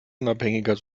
unabhängiger